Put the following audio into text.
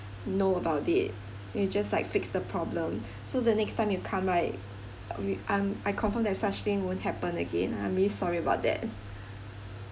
know about it then we just like fix the problem so the next time you come right uh we I'm I confirm that such thing won't happen again I'm really sorry about that